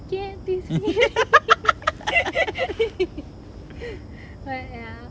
okay tease me but ya